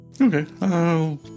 Okay